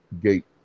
gate